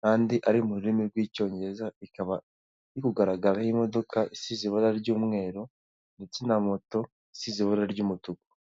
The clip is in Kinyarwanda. kandi ari mu rurimi rw'Icyongereza, ikaba iri kugaragaraho imodoka isize ibara ry'umweru ndetse na moto isize ibara ry'umutuku.